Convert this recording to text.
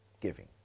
giving